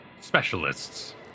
specialists